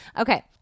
okay